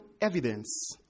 evidence